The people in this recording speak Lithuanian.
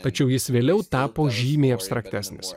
tačiau jis vėliau tapo žymiai abstraktesnis